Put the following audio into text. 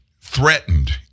threatened